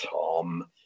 Tom